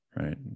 Right